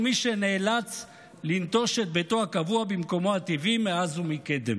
פליט הוא מי שנאלץ לנטוש את ביתו הקבוע במקומו הטבעי מאז ומקדם,